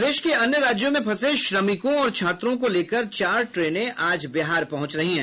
प्रदेश के अन्य राज्यों में फंसे श्रमिकों और छात्रों को लेकर चार ट्रेनं आज बिहार पहुंच रही है